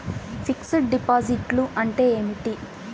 Fixed డిపాజిట్లు అంటే ఏమిటి?